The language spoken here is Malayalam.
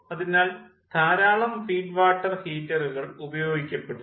അതിനാൽ ധാരാളം ഫീഡ് വാട്ടർ ഹീറ്ററുകൾ ഉപയോഗിക്കപ്പെടുന്നു